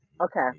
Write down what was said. Okay